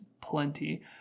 plenty